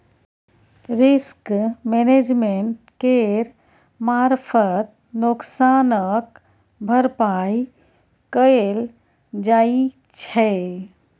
risk management केर मारफत नोकसानक भरपाइ कएल जाइ छै